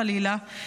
חלילה,